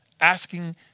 asking